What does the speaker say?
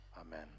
Amen